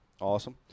awesome